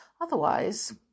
Otherwise